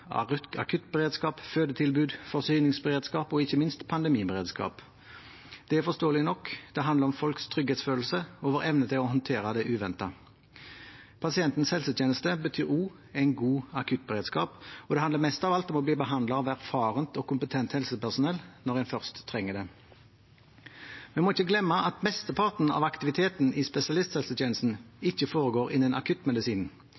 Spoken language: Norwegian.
akuttberedskap, fødetilbud, forsyningsberedskap og ikke minst pandemiberedskap. Det er forståelig nok; det handler om folks trygghetsfølelse og vår evne til å håndtere det uventede. Pasientens helsetjeneste betyr også en god akuttberedskap, og det handler mest av alt om å bli behandlet av erfarent og kompetent helsepersonell når en først trenger det. Vi må ikke glemme at mesteparten av aktiviteten i